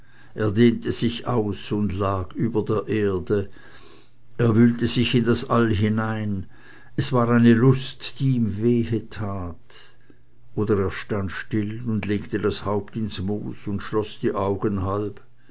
er dehnte sich aus und lag über der erde er wühlte sich in das all hinein es war eine lust die ihm wehe tat oder er stand still und legte das haupt ins moos und schloß die augen halb